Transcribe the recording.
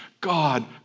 God